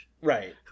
right